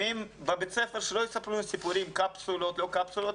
שלא יספרו לי סיפורים, קפסולות, לא קפסולות.